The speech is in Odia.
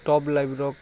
ଟପ୍ ଲାଇଫ୍ ର